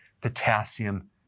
potassium